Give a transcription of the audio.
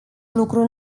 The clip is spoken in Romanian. lucru